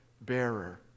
bearer